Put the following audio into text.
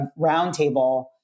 roundtable